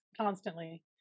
constantly